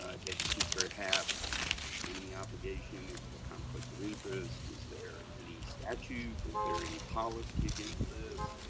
ah the teacher have any obligation? is that a conflict of interest? is there any statute? is there any policy against this?